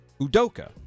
Udoka